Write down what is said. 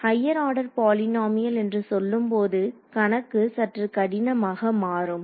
higher order polynomial என்று சொல்லும்போது கணக்கு சற்று கடினமாக மாறும்